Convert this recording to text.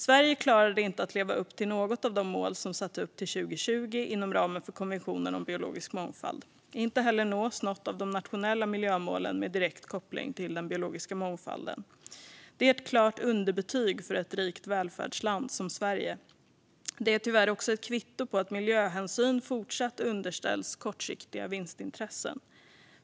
Sverige klarade inte att leva upp till något av de mål som satts upp till 2020 inom ramen för konventionen om biologisk mångfald. Inte heller nås något av de nationella miljömålen med direkt koppling till den biologiska mångfalden. Det är ett klart underbetyg för ett rikt välfärdsland som Sverige. Det är tyvärr också ett kvitto på att miljöhänsyn fortsatt underställs kortsiktiga vinstintressen.